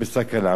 בסכנה.